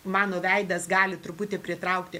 mano veidas gali truputį pritraukti